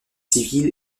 civile